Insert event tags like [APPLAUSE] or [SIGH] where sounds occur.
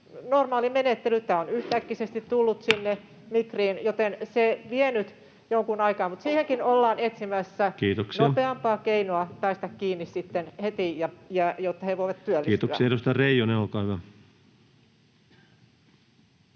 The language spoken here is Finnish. normaali menettely. Tämä on yhtäkkisesti tullut [NOISE] sinne Migriin, joten se vie nyt jonkun aikaa, mutta siihenkin ollaan etsimässä nopeampaa keinoa päästä kiinni sitten heti, jotta he voivat työllistyä. Kiitoksia. — Edustaja Reijonen, olkaa hyvä.